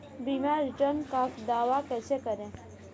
बीमा रिटर्न का दावा कैसे करें?